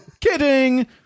Kidding